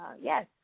Yes